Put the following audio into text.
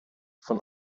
von